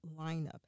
lineup